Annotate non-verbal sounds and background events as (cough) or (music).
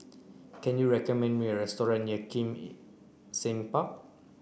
can you recommend me a restaurant near Kim (noise) Seng Park